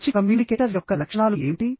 మంచి కమ్యూనికేటర్ యొక్క లక్షణాలు ఏమిటి